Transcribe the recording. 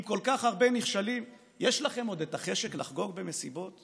עם כל כך הרבה נכשלים יש לכם עוד חשק לחגוג במסיבות?